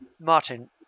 Martin